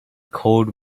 cold